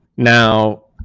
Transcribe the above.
now,